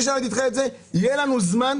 אם תדחה את זה בחצי שנה,